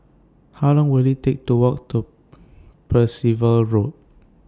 How Long Will IT Take to Walk to Percival Road